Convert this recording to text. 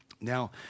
Now